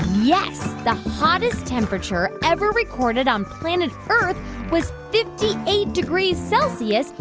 yes, the hottest temperature ever recorded on planet earth was fifty eight degrees celsius,